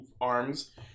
arms